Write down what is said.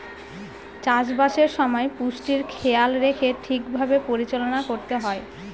চাষবাসের সময় পুষ্টির খেয়াল রেখে ঠিক ভাবে পরিচালনা করতে হয়